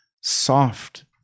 soft